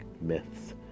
myths